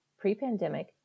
Pre-pandemic